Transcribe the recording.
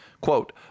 quote